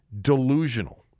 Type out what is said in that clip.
delusional